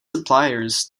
suppliers